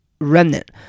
remnant